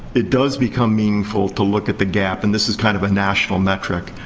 it does become meaningful to look at the gap. and this is kind of a national metric.